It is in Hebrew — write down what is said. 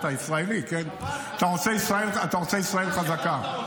אתה ישראלי, אתה רוצה ישראל חזקה.